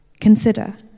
Consider